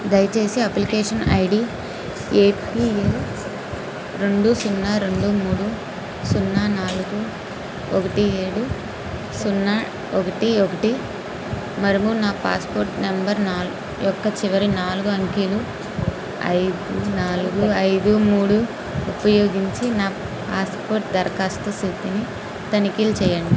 దయచేసి application ID APL రెండు సున్నా రెండు మూడు సున్నా నాలుగు ఒకటి ఏడు సున్నా ఒకటి ఒకటి మరిము నా పాస్పోర్ట్ నెంబర్ నాల్ యొక్క చివరి నాలుగు అంకెలు ఐదు నాలుగు ఐదు మూడు ఉపయోగించి నా పాస్పోర్ట్ దరఖాస్తు స్థితిని తనిఖీ చేయండి